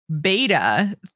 Beta